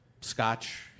Scotch